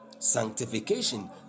sanctification